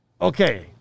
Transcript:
okay